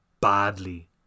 badly